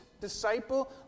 disciple